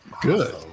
Good